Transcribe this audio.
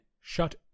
shut